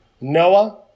Noah